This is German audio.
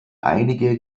einige